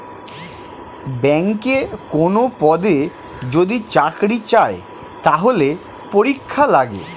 ব্যাংকে কোনো পদে যদি চাকরি চায়, তাহলে পরীক্ষা লাগে